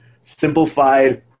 simplified